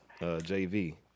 JV